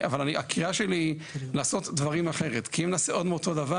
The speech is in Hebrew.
ועדת המשנה הזו היא חלק מוועדת החוץ